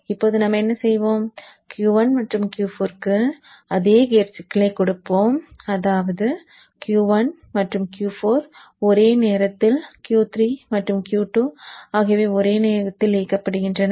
இப்போது நாம் என்ன செய்வோம் Q 1 மற்றும் Q 4 க்கு அதே கேட் சிக்னலைக் கொடுப்போம் அதாவது Q 1 மற்றும் Q 4 ஒரே நேரத்தில் Q 3 மற்றும் Q 2 ஆகியவை ஒரே நேரத்தில் இயக்கப்படுகின்றன